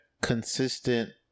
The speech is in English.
consistent